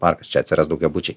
parkas čia atsiras daugiabučiai